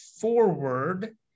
forward